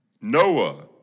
Noah